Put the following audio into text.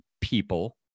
people